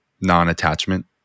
non-attachment